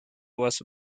was